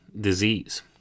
disease